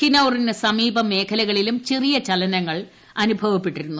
കിനൌറിന് സമീപ മേഖലകളിലും പ ചെറിയ ചലനങ്ങൾ അനുഭവപ്പെട്ടിരുന്നു